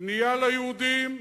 בנייה ליהודים,